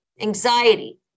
anxiety